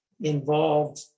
involved